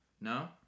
No